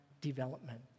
development